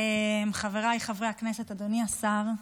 חבריי חברי הכנסת, אדוני השר,